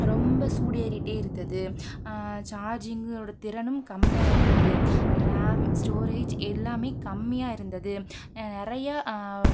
ரொம்ப சூடேறிகிட்டே இருந்தது சார்ஜிங் ஒட திறனும் கம்மியாக இருந்தது ரேம் ஸ்டோரேஜ் எல்லாமே கம்மியாக இருந்தது நான் நிறையா